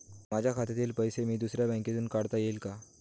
माझ्या खात्यातील पैसे मी दुसऱ्या बँकेतून काढता येतील का?